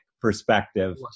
perspective